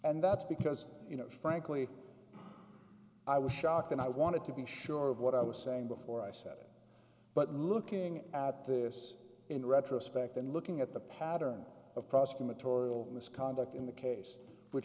and that's because you know frankly i was shocked and i wanted to be sure of what i was saying before i said it but looking at this in retrospect and looking at the pattern of prosecutorial misconduct in the case which